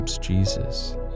Jesus